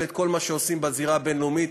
את כל מה שעושים בזירה הבין-לאומית.